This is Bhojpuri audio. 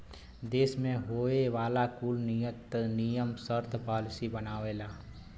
देस मे होए वाला कुल नियम सर्त पॉलिसी बनावेला